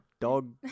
dog